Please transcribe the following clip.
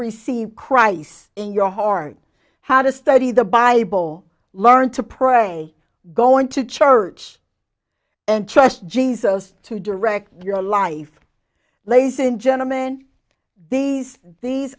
receive christ in your heart how to study the bible learn to pray going to church and trust jesus to direct your life laysan gentleman these these